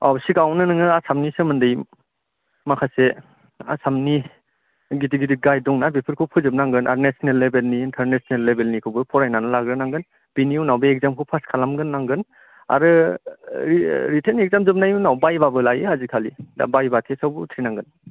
औ सिगाङाव नो नोङो आसामनि सोमोन्दै माखासे आसामनि गिदिर गिदिर गाइद दङ ना बेफोरखौ फोजोब नांगोन आर नेसनेल लेभेलनि इनटारनेसनेल लेभेलनिखौबो फरायनानै लाग्रो नांगोंन बिनि उनाव बे इखजामखौ फास खालाम गोरनांगोन आरो रिटेन इखजाम जोबनायनि उनावबो बाइभाबो लायो आजिखालि दा बाइभा टेसावबो उथ्रिनांगोन